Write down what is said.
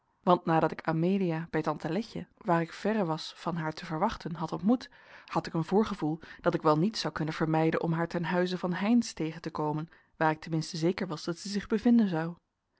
want nadat ik amelia bij tante letje waar ik verre was van haar te verwachten had ontmoet had ik een voorgevoel dat ik wel niet zou kunnen vermijden om haar ten huize van heynsz tegen te komen waar ik ten minste zeker was dat zij zich bevinden zou